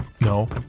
No